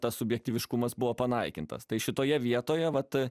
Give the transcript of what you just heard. tas subjektyviškumas buvo panaikintas tai šitoje vietoje vat